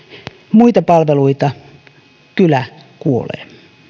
muita palveluita kylä kuolee